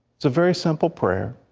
it's a very simple prayer.